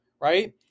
right